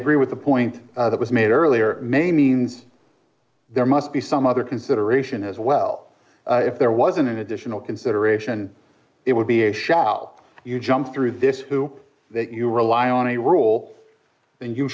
agree with the point that was made earlier may means there must be some other consideration as well if there was an additional consideration it would be a shall you jump through this hoop that you rely on a rule